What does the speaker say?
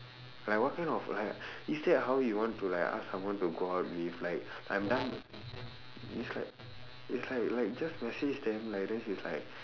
like what kind of like is that how you want to like ask someone to go out with like I'm done it's like it's like like just message then then she's like